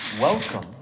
welcome